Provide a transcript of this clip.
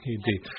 Indeed